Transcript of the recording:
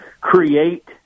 create